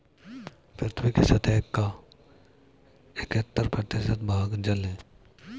पृथ्वी की सतह का इकहत्तर प्रतिशत भाग जल है